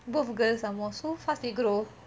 both girls some more so fast they grow